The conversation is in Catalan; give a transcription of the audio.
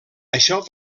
això